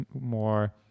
more